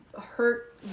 hurt